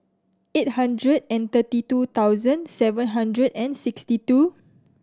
eight hundred and thirty two thousand seven hundred and sixty two